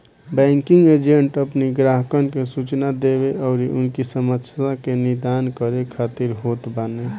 banking agent अपनी ग्राहकन के सूचना देवे अउरी उनकी समस्या के निदान करे खातिर होत बाने